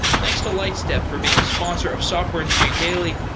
thanks to lightstep for being a sponsor of software engineering daily,